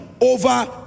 over